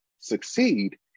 succeed